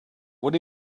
what